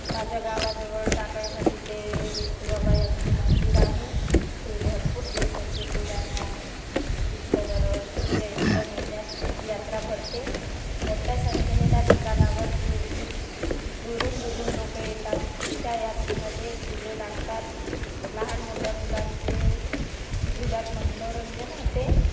माझ्या गावाजवळ टाकळघाट इथे वित बाबा यांचे मंदिर आहे ते भरपूर दिवसाचे पुराणे आहे तिथं दरवर्षी चैत्र महिन्यात यात्रा भरते मोठ्या संख्येने त्या ठिकाणावर दूर दूर दुरून दुरून लोक येतात त्या यात्रेमध्ये झुले लागतात लहान मोठ्या मुलांचे झुल्यात मनोरंजन होते